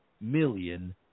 million